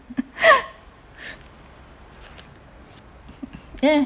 ya